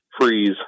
freeze